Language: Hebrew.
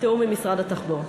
בתיאום עם משרד התחבורה.